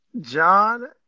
John